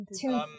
two